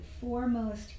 foremost